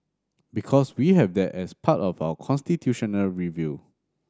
because we have that as part of our constitutional review